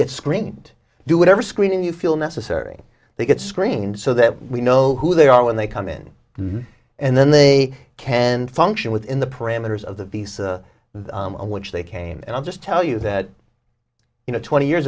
get screened do whatever screening you feel necessary they get screened so that we know who they are when they come in and then they can function within the parameters of the beast which they came and i'll just tell you that you know twenty years